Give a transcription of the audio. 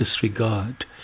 disregard